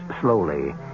slowly